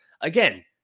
again